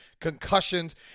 concussions